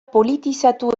politizatu